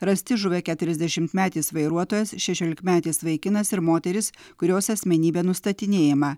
rasti žuvę keturiasdešimtmetis vairuotojas šešiolikmetis vaikinas ir moteris kurios asmenybė nustatinėjama